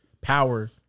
power